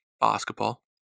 basketball